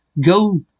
Go